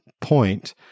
point